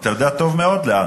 אתה יודע טוב מאוד לאן.